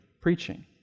preaching